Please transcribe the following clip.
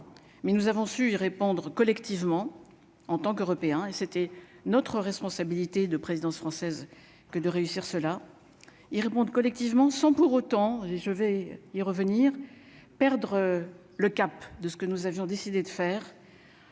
mais nous avons su y répondre collectivement en tant qu'Européens et c'était notre responsabilité de présidence française que de réussir cela, ils répondent collectivement, sans pour autant et je vais y revenir perdre le cap de ce que nous avions décidé de faire.